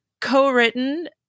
co-written